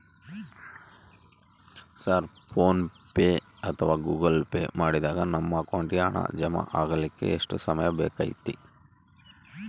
Sir PhonePe ಅಥವಾ Google pay ಮಾಡಿದಾಗ ನಮ್ಮ ಅಕೌಂಟಿಗೆ ಹಣ ಜಮಾ ಆಗಲಿಕ್ಕೆ ಎಷ್ಟು ಸಮಯ ಬೇಕಾಗತೈತಿ?